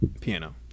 piano